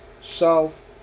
South